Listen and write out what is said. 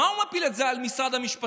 מה הוא מפיל את זה על משרד המשפטים?